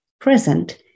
present